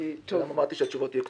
אמרתי שהתשובות יהיו קצרות.